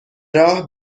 راه